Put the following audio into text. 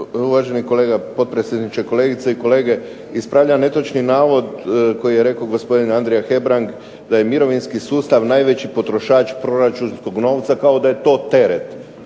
Uvaženi kolega potpredsjedniče, kolegice i kolege. Ispravljam netočni navod koji je rekao gospodin Andrija Hebrang da je mirovinski sustav najveći potrošač proračunskog novca, kao da je to teret.